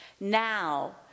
Now